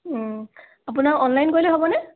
আপোনাক অনলাইন কৰিলে হ'বনে